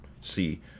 see